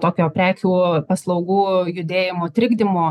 tokio prekių paslaugų judėjimo trikdymo